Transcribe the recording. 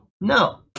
No